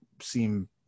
seem